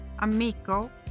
amico